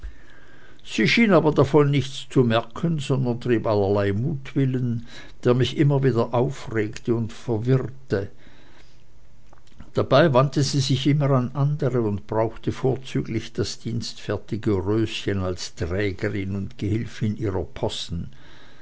schien aber nichts davon zu merken sondern trieb allerlei mutwillen der mich immer wieder aufregte und verwirrte dabei wandte sie sich immer an andere und brauchte vorzüglich das dienstfertige röschen als trägerin und gehilfin ihrer possen